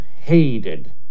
hated